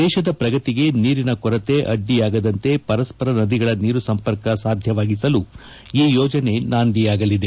ದೇಶದ ಪ್ರಗತಿಗೆ ನೀರಿನ ಕೊರತೆ ಅಡ್ಡಿಯಾಗದಂತೆ ಪರಸ್ಪರ ನದಿಗಳ ನೀರು ಸಂಪರ್ಕ ಸಾಧ್ಯವಾಗಿಸಲು ಈ ಯೋಜನೆ ನಾಂದಿಯಾಗಲಿದೆ